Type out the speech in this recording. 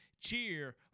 cheer